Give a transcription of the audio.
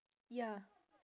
ya